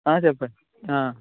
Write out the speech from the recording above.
చెప్పండి